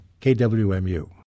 KWMU